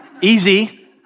Easy